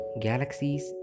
Galaxies